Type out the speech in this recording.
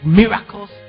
miracles